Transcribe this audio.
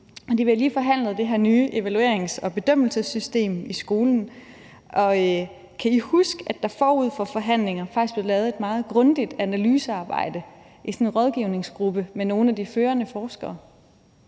Vi har lige forhandlet det her nye evaluerings- og bedømmelsessystem i skolen, og kan I huske, at der forud for forhandlingerne faktisk blev lavet et meget grundigt analysearbejde af sådan en rådgivningsgruppe med nogle af de førende forskere?